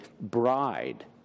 bride